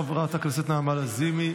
חברת הכנסת נעמה לזימי,